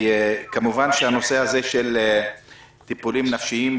כמובן שנושא הטיפולים הנפשיים,